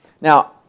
Now